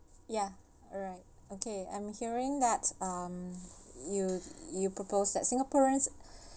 ya alright okay I'm hearing that um you you propose that singaporeans